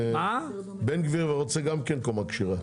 בן גביר גם רוצה קומה כשרה.